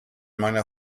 meiner